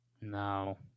No